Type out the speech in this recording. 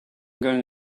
going